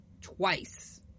twice